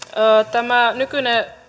tämä nykyinen